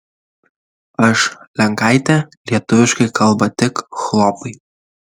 aš lenkaitė lietuviškai kalba tik chlopai